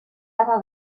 haga